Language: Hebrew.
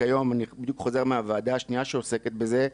אני בדיוק חוזר מהוועדה השנייה שעוסקת בזה.